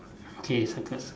K circle circle